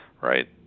right